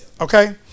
okay